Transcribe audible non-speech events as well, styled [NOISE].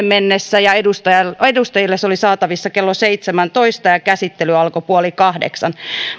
[UNINTELLIGIBLE] mennessä ja edustajille se oli saatavissa kello seitsemäntoista ja käsittely alkoi puoli kahdeksan